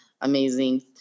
Amazing